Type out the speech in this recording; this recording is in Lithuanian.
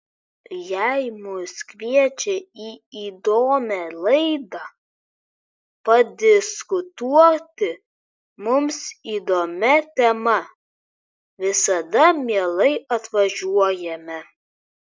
jei mus kviečia į įdomią laidą padiskutuoti mums įdomia tema visada mielai atvažiuojame